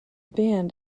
band